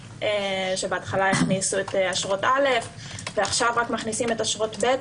שבהתחלה הכניסו את אשרות א' ועכשיו מכניסים אשרות ב'.